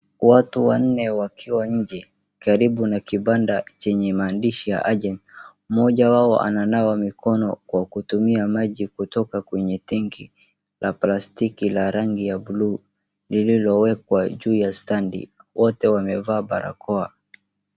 Watu wanne wakiwa nje karibu na kibanda chenye maandishi ya agent . Mmoja wao ananawa mikono kwa kutumia maji kutoka kwenye tenki la plastiki la rangi ya blue lililowekwa juu ya stand . Wote wamevaa barakoa.